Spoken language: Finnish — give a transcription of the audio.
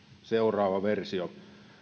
seuraava versio